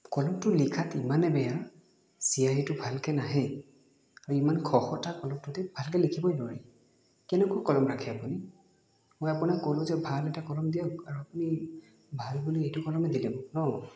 কলমটো লিখাত ইমানে বেয়া চিয়াহীটো ভালকৈ নাহে আৰু ইমান খহতা কলমটো দি ভালকৈ লিখিবই নোৱাৰি কেনেকুৱা কলম ৰাখে আপুনি মই আপোনাক ক'লো যে ভাল এটা কলম দিয়ক আৰু আপুনি ভাল বুলি এইটো কলমে দিলে মোক ন